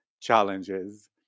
Challenges